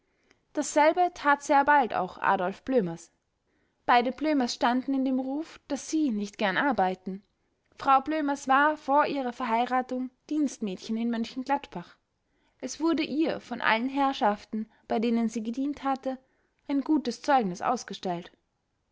dasselbe tat sehr bald auch adolf blömers beide blömers standen in dem ruf daß sie nicht gern arbeiten frau blömers war vor ihrer verheiratung dienstmädchen in m gladbach es wurde ihr von allen herrschaften bei denen sie gedient hatte ein gutes zeugnis ausgestellt